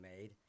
made